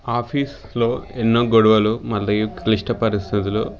ఆఫీస్లో ఎన్నో గొడవలు మళ్ళీ క్లిష్ట పరిస్థితులు